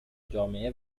جامعه